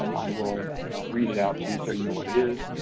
um i will read it out to you so you know what it is,